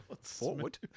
forward